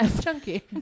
chunky